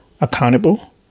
accountable